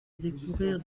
découvrir